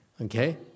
Okay